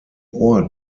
ort